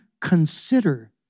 consider